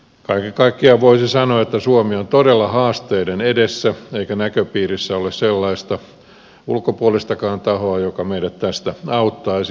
kaiken kaikkiaan voisi sanoa että suomi on todella haasteiden edessä eikä näköpiirissä ole sellaista ulkopuolistakaan tahoa joka meidät tästä auttaisi